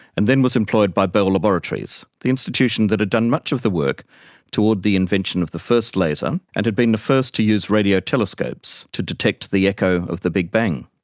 and then was employed by bell laboratories, the institution that had done much of the work toward the invention of the first laser, and had been the first to use radio telescopes to detect the echo of the big bang.